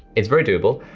its very doable,